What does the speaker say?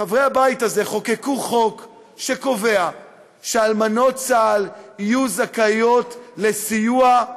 חברי הבית הזה חוקקו חוק שקובע שאלמנות צה"ל יהיו זכאיות לסיוע,